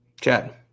Chad